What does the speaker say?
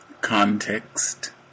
Context